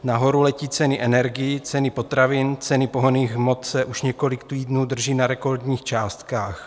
Nahoru letí ceny energií, ceny potravin, ceny pohonných hmot se už několik týdnů drží na rekordních částkách.